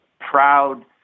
proud